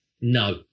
No